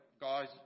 guys